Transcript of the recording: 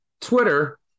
Twitter